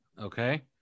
okay